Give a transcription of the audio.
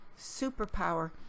superpower